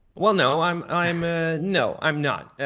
well no, i'm i'm ah no, i'm not.